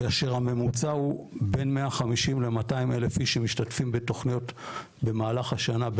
כאשר הממוצע הוא בין 150-200 אלף איש שמשתתפים בתוכניות במהלך השנה,